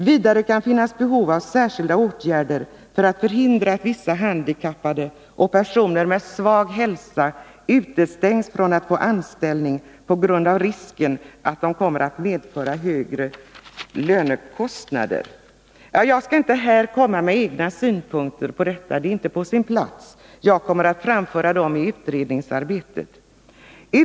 Vidare kan finnas behov av särskilda åtgärder för att förhindra att vissa handikappade och personer med svag hälsa utestängs från att få anställning på grund av risken att de kommer att medföra högre lönekostnader.” Jag skall inte här komma med egna synpunkter på detta, det är inte på sin plats. Jag kommer att framföra dem i utredningsarbetet.